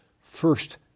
first